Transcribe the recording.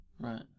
Right